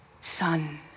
son